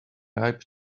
ripe